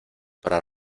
para